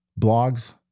blogs